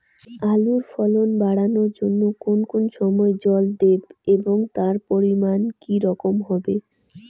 আলুর ফলন বাড়ানোর জন্য কোন কোন সময় জল দেব এবং তার পরিমান কি রকম হবে?